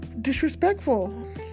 disrespectful